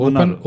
Open